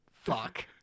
Fuck